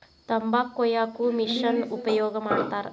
ತಂಬಾಕ ಕೊಯ್ಯಾಕು ಮಿಶೆನ್ ಉಪಯೋಗ ಮಾಡತಾರ